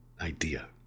idea